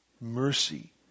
Mercy